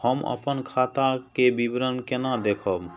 हम अपन खाता के विवरण केना देखब?